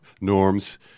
norms